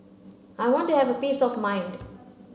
I want to have a peace of mind